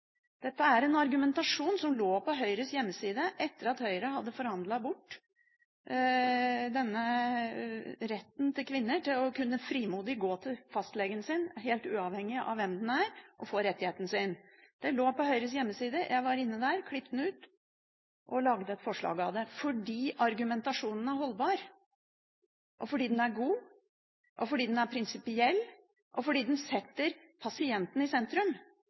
Dette er en argumentasjon som lå på Høyres hjemmeside etter at Høyre hadde forhandlet bort retten for kvinner til frimodig å kunne gå til fastlegen sin, helt uavhengig av hvem det er, og få rettigheten sin. Det lå på Høyres hjemmeside. Jeg var inne der, klippet det ut og lagde et forslag av det, fordi argumentasjonen er holdbar, fordi den er god, fordi den er prinsipiell, og fordi den setter pasienten i sentrum.